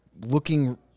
looking